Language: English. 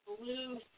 blue